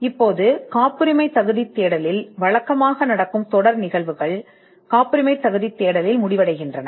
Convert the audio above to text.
இப்போது காப்புரிமைத் தேடலில் வழக்கமாக நடக்கும் தொடர் நிகழ்வுகள் காப்புரிமைத் தேடலில் முடிவடைகின்றன